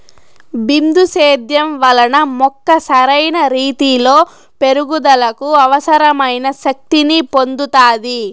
బిందు సేద్యం వలన మొక్క సరైన రీతీలో పెరుగుదలకు అవసరమైన శక్తి ని పొందుతాది